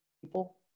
people